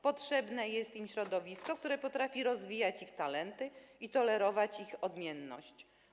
Potrzebne jest im tylko środowisko, które potrafi rozwijać ich talenty i tolerować ich odmienność.